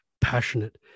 passionate